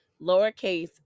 lowercase